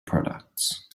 products